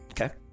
Okay